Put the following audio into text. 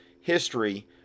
history